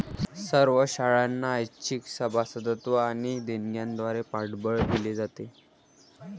सर्व शाळांना ऐच्छिक सभासदत्व आणि देणग्यांद्वारे पाठबळ दिले जाते